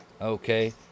Okay